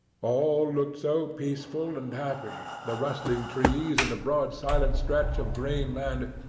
all looked so peaceful and happy, the rustling trees and the broad silent stretch of grain-land,